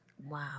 Wow